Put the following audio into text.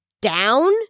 down